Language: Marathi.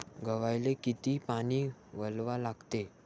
गव्हाले किती पानी वलवा लागते?